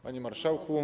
Panie Marszałku!